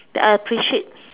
that I appreciate